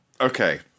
Okay